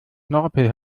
knorpel